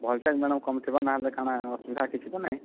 voltage madam କମ୍ ଥିବା ନହେଲେ କାଣା ଅସୁବିଧା କିଛି ତ ନାହିଁ